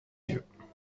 yeux